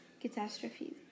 catastrophes